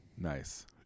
Nice